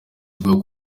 ivuga